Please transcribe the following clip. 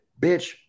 bitch